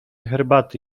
herbaty